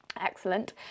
excellent